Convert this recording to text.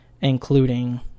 including